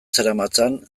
zeramatzan